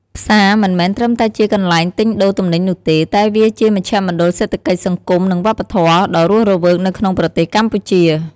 ផ្សារមិនមែនត្រឹមតែជាកន្លែងទិញដូរទំនិញនោះទេ តែវាជាមជ្ឈមណ្ឌលសេដ្ឋកិច្ច សង្គម និងវប្បធម៌ ដ៏រស់រវើកនៅក្នុងប្រទេសកម្ពុជា។